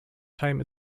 time